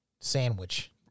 sandwich